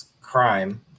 crime